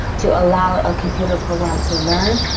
to allow a computer program to learn.